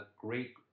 great